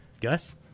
Gus